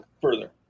Further